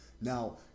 now